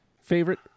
favorite